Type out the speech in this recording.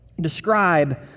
describe